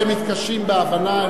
הם מתקשים בהבנה,